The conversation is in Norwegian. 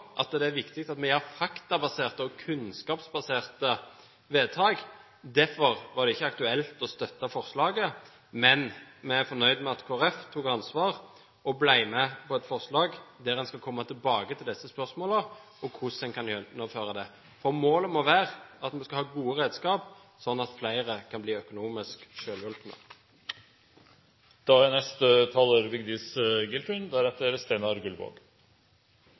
også det er viktig at vi har faktabaserte og kunnskapsbaserte vedtak. Derfor var det ikke aktuelt å støtte forslaget fra Fremskrittspartiet. Men vi er fornøyd med at Kristelig Folkeparti tok ansvar og ble med på et forslag om at en skal komme tilbake til disse spørsmålene, og hvordan vi kan gjennomføre dette. For målet må være at vi skal ha gode redskaper, sånn at flere kan bli økonomisk